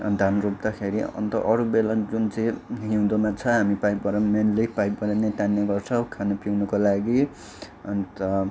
धान रोप्दाखेरि अन्त अरूबेला जुन चाहिँ हिउँदोमा छ हामी पाइपबाट मेन्ली पाइपबाट नै तान्ने गर्छौँ खाने पिउनुको लागि अन्त